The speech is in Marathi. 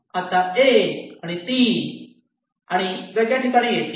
आता 1 आणि 3 आणि वेगळ्या ठिकाणी येतील